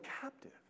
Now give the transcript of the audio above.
captive